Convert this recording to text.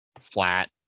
flat